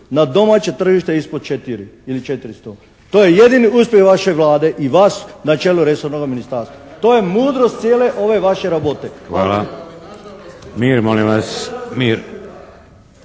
na domaće tržište ispod 4 ili 400. To je jedini uspjeh vaše Vlade i vas na čelu resornoga ministarstva. To je mudrost cijele ove vaše rabote. Hvala lijepo.